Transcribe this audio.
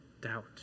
doubt